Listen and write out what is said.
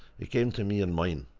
he came to me in mine,